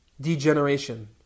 degeneration